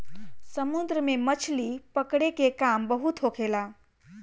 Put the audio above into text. समुन्द्र में मछली पकड़े के काम बहुत होखेला